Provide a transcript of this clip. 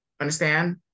understand